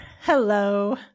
Hello